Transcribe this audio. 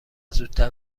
زودتر